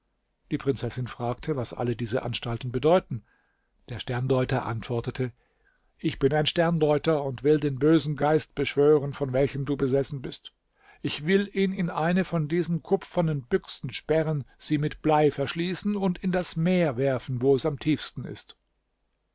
die prinzessin fragte was alle diese anstalten bedeuten der sterndeuter antwortete ich bin ein sterndeuter und will den bösen geist beschwören von welchem du besessen bist ich will ihn in eine von diesen kupfernen büchsen sperren sie mit blei verschließen und in das meer werfen wo es am tiefsten ist